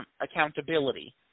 accountability